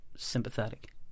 sympathetic